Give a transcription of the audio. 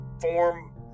form